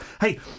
Hey